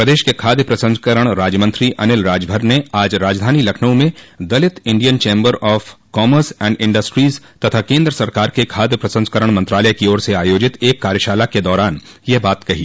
प्रदेश के खाद्य प्रसंस्करण राज्य मंत्री अनिल राजभर ने आज राजधानी लखन्क में Dalit Indian Chamber of Commerce and Industries तथा केन्द्र सरकार के खाद्य प्रसंस्करण मंत्रालय की ओर से आयोजित एक कार्यशाला के दौरान यह बात कही